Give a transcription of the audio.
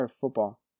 football